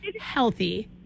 healthy